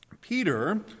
Peter